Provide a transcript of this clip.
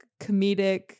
comedic